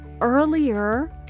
earlier